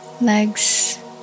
legs